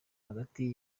hagati